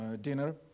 dinner